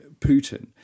Putin